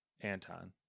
Anton